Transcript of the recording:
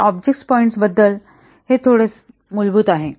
तर object points बद्दल हे थोडेसे मूलभूत आहे